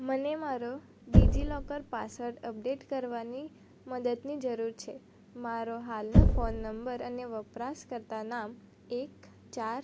મને મારો DigiLocker password update કરવામાં મદદની જરૂર છે મારો હાલનો ફોન નંબર અને વપરાશકર્તા નામ એક ચાર